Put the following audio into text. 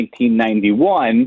1991